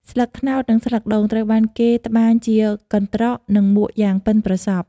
ស្លឹកត្នោត និងស្លឹកដូងត្រូវបានគេត្បាញជាកន្ត្រក និងមួកយ៉ាងប៉ិនប្រសប់។